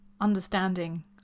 understanding